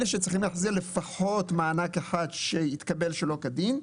אלה שצריכים להחזיר לפחות מענק אחד שהתקבל שלא כדין,